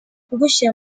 kugushyira